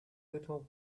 little